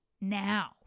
now